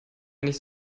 nicht